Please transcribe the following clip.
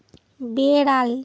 বেড়াল